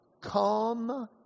come